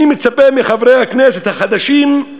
אני מצפה מחברי הכנסת החדשים,